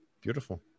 Beautiful